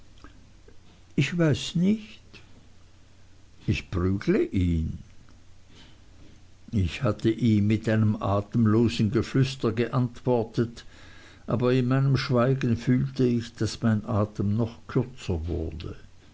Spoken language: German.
ich weiß nicht ich prügle ihn ich hatte ihm mit einem atemlosen geflüster geantwortet aber in meinem schweigen fühlte ich daß mein atem noch kürzer wurde